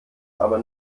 aber